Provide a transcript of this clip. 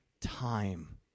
time